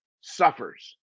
suffers